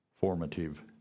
formative